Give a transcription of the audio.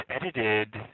edited